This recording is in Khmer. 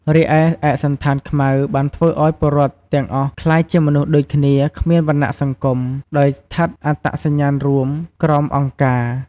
រីឯ ឯកសណ្ឋានខ្មៅបានធ្វើឱ្យពលរដ្ឋទាំងអស់ក្លាយជាមនុស្សដូចគ្នា គ្មានវណ្ណៈសង្គម ដោយស្ថិតអត្តសញ្ញាណរួមក្រោម "អង្គការ"។